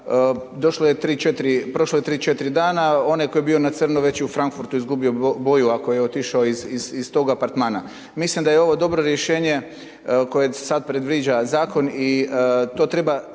prošlo je 3,4 sana, onaj tko je bio na crno već je u Frankfurtu izgubio boju ako je otišao iz tog apartmana. Mislim da je ovo dobro rješenje kojeg sad predviđa zakon i to treba